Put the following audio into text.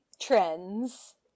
trends